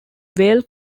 vail